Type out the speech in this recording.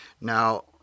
Now